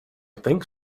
think